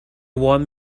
want